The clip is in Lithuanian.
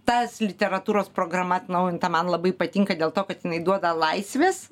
tas literatūros programa atnaujinta man labai patinka dėl to kad jinai duoda laisvės